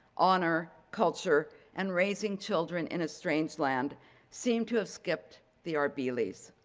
honor, culture and raising children in a strange land seemed to have skipped the arbeelys'.